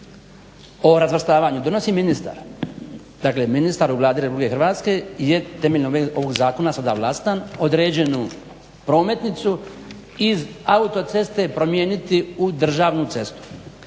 o razvrstavanju donosi ministar. Dakle, ministar u Vladi Republike Hrvatske je temeljem ovog Zakona sada ovlastan određenu prometnicu iz autoceste promijeniti u državnu cestu.